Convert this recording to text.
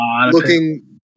looking